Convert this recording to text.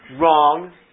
Wrong